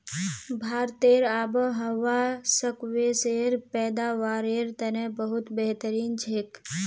भारतेर आबोहवा स्क्वैशेर पैदावारेर तने बहुत बेहतरीन छेक